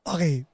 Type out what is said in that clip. Okay